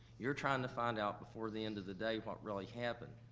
you're trying to find out before the end of the day, what really happened.